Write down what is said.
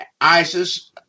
ISIS